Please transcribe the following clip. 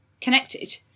connected